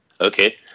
Okay